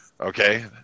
Okay